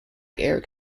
erik